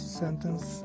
sentence